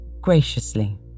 graciously